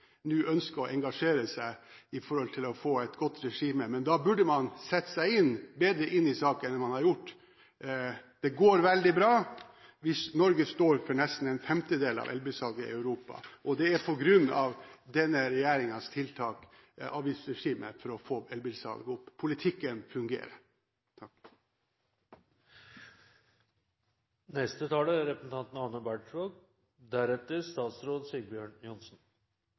nå ønsker å engasjere seg for å få et godt regime, men da burde man sette seg bedre inn i saken enn man har gjort. Det går veldig bra, hvis Norge står for nesten en femtedel av elbilsalget i Europa. Og det er på grunn av denne regjeringens tiltak, avgiftsregime, for å få elbilsalget opp. Politikken fungerer. Endringane i bilavgiftene dei siste åra har vore vellykka. Det gjennomsnittlege utsleppet av CO2 er